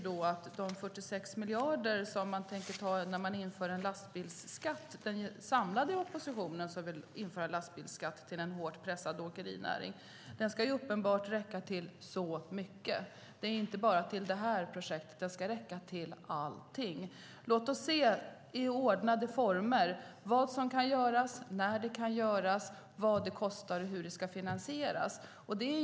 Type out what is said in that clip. De 46 miljarder som den samlade oppositionen vill ta in genom en lastbilsskatt från en hårt pressad åkerinäring ska uppenbarligen räcka till mycket, inte bara till det här projektet, utan till i stort sett allting. Låt oss se i ordnade former vad som kan göras, när det kan göras, vad det kostar och hur det ska finansieras.